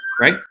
right